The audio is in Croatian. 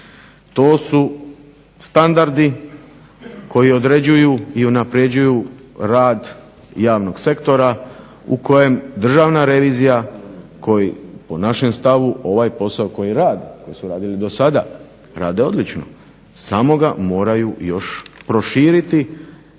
To su standardi koji određuju i unapređuju rad javnog sektora u kojem Državna revizija koji po našem stavu ovaj posao koji rade, koji su radili do sada rade odlično samo ga moraju još proširiti